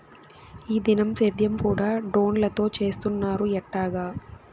ఈ దినం సేద్యం కూడ డ్రోన్లతో చేస్తున్నారు ఎట్టాగా